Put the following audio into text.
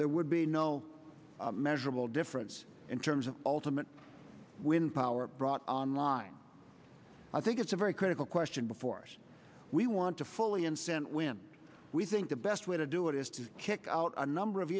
there would be no measurable difference in terms of ultimate wind power brought on line i think it's a very critical question before us we want to fully unsent when we think the best way to do it is to kick out a number of